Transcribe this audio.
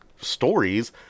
stories